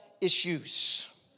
issues